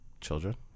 Children